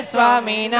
Swami